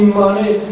money